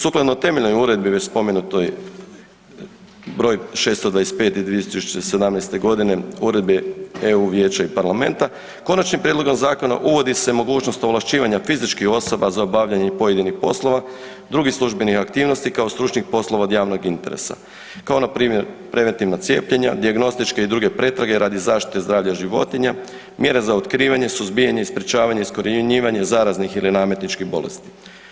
Sukladno temeljnoj uredbi već spomenutoj br. 625 iz 2017.g. Uredbe EU Vijeća i Parlamenta konačnim prijedlogom zakona uvodi se mogućnost ovlašćivanja fizičkih osoba za obavljanje pojedinih poslova, drugih službenih aktivnosti kao stručnih poslova od javnog interesa, kao npr. preventivna cijepljenja, dijagnostičke i druge pretrage radi zaštite zdravlja životinja, mjere za otkrivanje, suzbijanje i sprečavanje i iskorjenjivanje zaraznih ili nametničkih bolesti.